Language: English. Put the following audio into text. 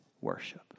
worship